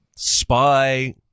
spy